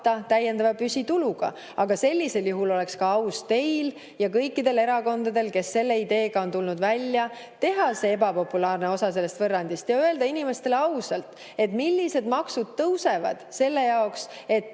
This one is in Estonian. täiendava püsituluga. Aga sellisel juhul oleks ka aus teil ja kõikidel erakondadel, kes selle ideega on välja tulnud, teha see ebapopulaarne osa sellest võrrandist ja öelda inimestele ausalt, millised maksud tõusevad selleks, et